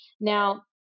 Now